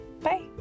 Bye